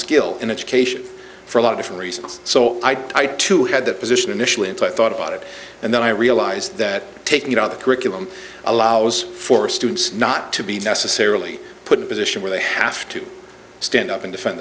skill in education for a lot of different reasons so i too had that position initially and so i thought about it and then i realized that taking it out the curriculum allows for students not to be necessarily put in position where they have to stand up and